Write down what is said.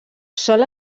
sol